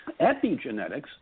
Epigenetics